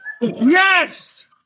Yes